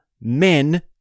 men